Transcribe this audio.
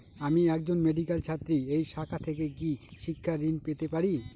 আমি একজন মেডিক্যাল ছাত্রী এই শাখা থেকে কি শিক্ষাঋণ পেতে পারি?